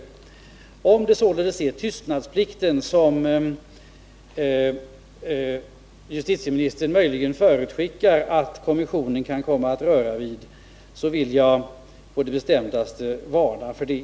Om det således är tystnadsplikten som justitieministern möjligen förutskickar att kommissionen kan komma att röra vid, vill jag på det bestämdaste varna för det.